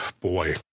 Boy